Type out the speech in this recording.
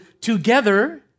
together